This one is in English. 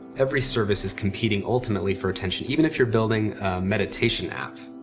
every service is competing ultimately for attention, even if you're building meditation app.